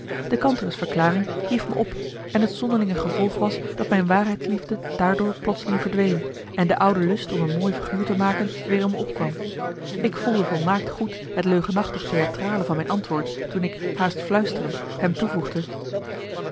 rijzen de kantere's verklaring hief me op en het zonderlinge gevolg was dat mijn waarheidsliefde daardoor plotseling verdween en de oude lust om een mooi figuur te maken weer in me opkwam ik voelde volmaakt goed het leugenachtig theatrale van mijn antwoord toen ik haast fluisterend hem toevoegde